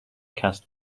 cast